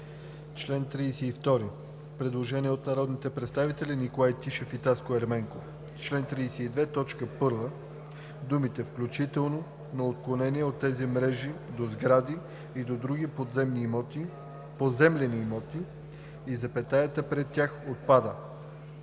чл. 32 има предложение от народните представители Николай Тишев и Таско Ерменков: „В чл. 32, т. 1 думите „включително на отклонения от тези мрежи до сгради и до други поземлени имоти“ и запетаята пред тях – отпадат.“